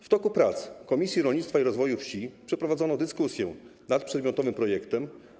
W toku prac Komisji Rolnictwa i Rozwoju Wsi przeprowadzono dyskusję nad przedmiotowym projektem.